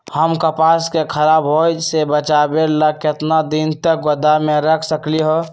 हम कपास के खराब होए से बचाबे ला कितना दिन तक गोदाम में रख सकली ह?